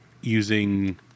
Using